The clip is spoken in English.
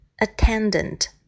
Attendant